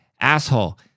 asshole